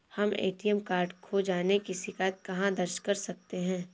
हम ATM card खो जाने की शिकायत कहाँ दर्ज कर सकते हैं?